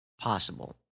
possible